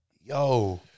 Yo